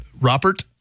Robert